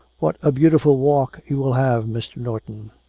what a beautiful walk you will have, mr. norton!